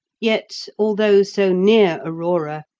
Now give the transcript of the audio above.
yet, although so near aurora,